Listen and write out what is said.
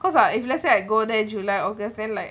cause ah if let's say I go there july august then like